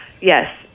Yes